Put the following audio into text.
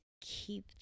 keep